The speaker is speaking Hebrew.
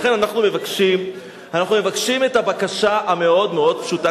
לכן אנחנו מבקשים את הבקשה המאוד-פשוטה,